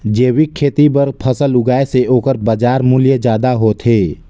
जैविक खेती बर फसल उगाए से ओकर बाजार मूल्य ज्यादा होथे